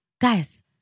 Guys